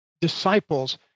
disciples